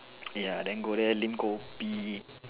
ya then go there lim kopi